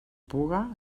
puga